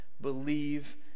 believe